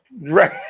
Right